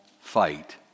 fight